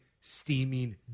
steaming